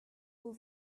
all